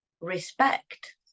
respect